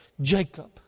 Jacob